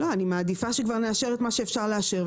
אני מעדיפה שנאשר את מה שכבר אפשר לאשר,